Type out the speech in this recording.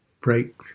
break